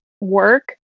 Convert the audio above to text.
work